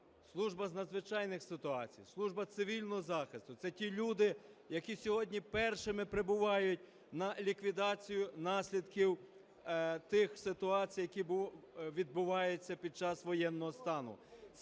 Служба з надзвичайних ситуацій, Служба цивільного захисту. Це ті люди, які сьогодні першими прибувають на ліквідацію наслідків тих ситуацій, які відбуваються під час воєнного стану.